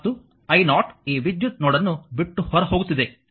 ಮತ್ತು i0 ಈ ವಿದ್ಯುತ್ ನೋಡ್ ಅನ್ನು ಬಿಟ್ಟು ಹೊರ ಹೋಗುತ್ತಿದೆ